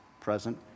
present